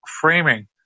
framing